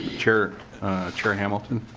chair chair hamilton?